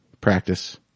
Practice